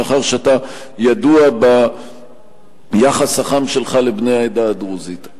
מאחר שאתה ידוע ביחס החם שלך לבני העדה הדרוזית,